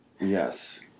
Yes